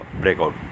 breakout